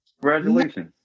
Congratulations